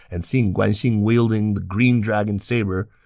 and seeing guan xing wielding the green dragon saber,